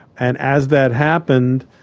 and as that happened,